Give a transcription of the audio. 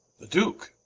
the duke?